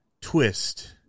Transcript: twist